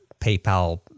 PayPal